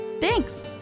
Thanks